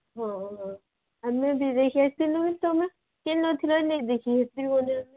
ହଁ ହଁ ଆମେ ବି ଦେଖି ଆସିଲୁଣି ତମେ କିନ୍ ନ ଥିଲ ନେଇ ଦେଖି ଆସିବ ବୋଲେ